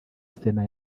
sena